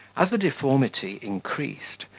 as the deformity increased,